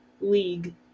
league